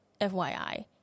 FYI